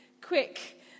quick